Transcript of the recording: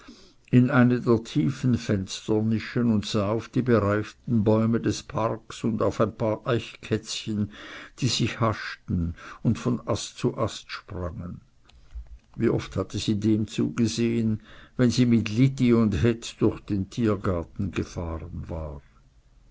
in eine der tiefen fensternischen und sah auf die bereiften bäume des parks und auf ein paar eichkätzchen die sich haschten und von ast zu ast sprangen wie oft hatte sie dem zugesehen wenn sie mit liddi und heth durch den tiergarten gefahren war